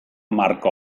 marko